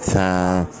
time